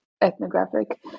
ethnographic